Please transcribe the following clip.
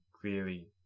clearly